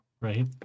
right